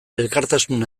elkartasun